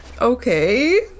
Okay